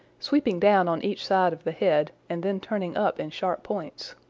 sweeping down on each side of the head and then turning up in sharp points.